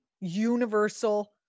universal